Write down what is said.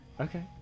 Okay